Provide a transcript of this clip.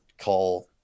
call